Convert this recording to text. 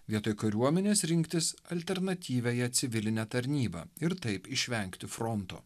vietoj kariuomenės rinktis alternatyviąją civilinę tarnybą ir taip išvengti fronto